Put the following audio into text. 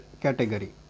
category